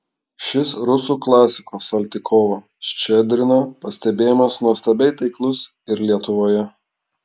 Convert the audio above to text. šis rusų klasiko saltykovo ščedrino pastebėjimas nuostabiai taiklus ir lietuvoje